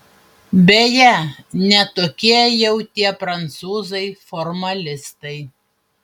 beje ne tokie jau tie prancūzai formalistai